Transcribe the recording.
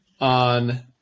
on